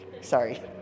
sorry